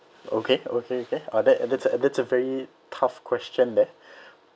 okay okay okay uh that that's a that's a very tough question there